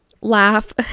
laugh